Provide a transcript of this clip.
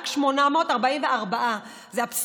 רק 844. זה אבסורד.